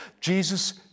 Jesus